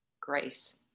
Grace